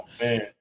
man